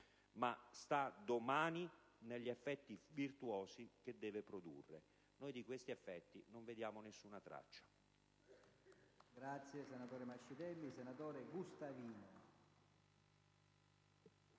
- «ma domani negli effetti virtuosi che deve produrre». Noi di questi effetti non vediamo nessuna traccia.